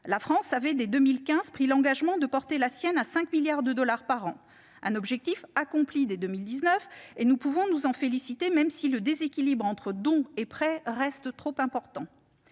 La France avait, dès 2015, pris l'engagement de porter la sienne à 5 milliards de dollars par an ; un objectif accompli dès 2019. Nous pouvons nous en féliciter, même si le déséquilibre entre dons et prêts reste trop important.